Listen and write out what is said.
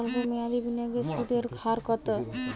সল্প মেয়াদি বিনিয়োগের সুদের হার কত?